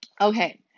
okay